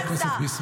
באמת?